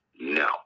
no